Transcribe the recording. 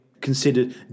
considered